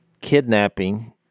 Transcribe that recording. kidnapping